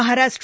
Maharashtra